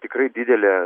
tikrai didelė